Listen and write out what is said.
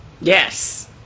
Yes